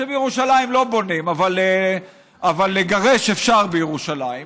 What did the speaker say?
שבירושלים לא בונים, אבל לגרש אפשר בירושלים,